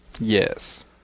Yes